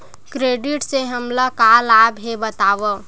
Credit से हमला का लाभ हे बतावव?